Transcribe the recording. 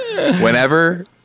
Whenever